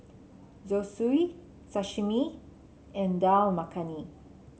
Zosui Sashimi and Dal Makhani